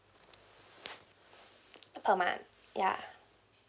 per month ya